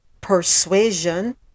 Persuasion